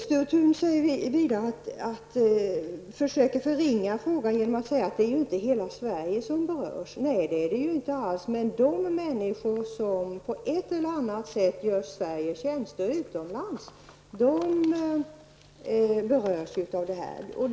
Sture Thun försöker förringa frågan genom att säga att det inte är hela Sverige som berörs. Nej, det är det ju inte. Men de människor som på ett eller annat sätt gör Sverige tjänster utomlands berörs av detta.